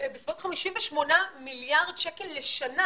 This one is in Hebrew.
בסביבות 58 מיליארד שקל לשנה,